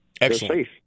excellent